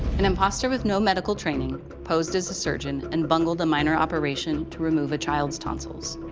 an imposter with no medical training posed as a surgeon and bungled a minor operation to remove a child's tonsils.